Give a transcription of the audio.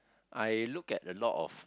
I look at a lot of